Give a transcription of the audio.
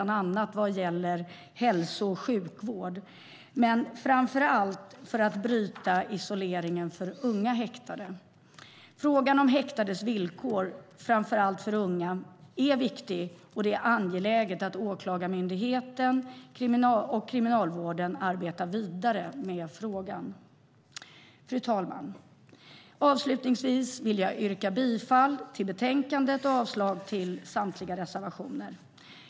De gäller bland annat hälso och sjukvård. Men framför allt handlar de om att bryta isoleringen för unga häktade. Frågan om häktades villkor, framför allt för unga, är viktig, och det är angeläget att Åklagarmyndigheten och Kriminalvården arbetar vidare med frågan. Fru talman! Jag yrkar bifall till förslaget i betänkandet och avslag på samtliga reservationer.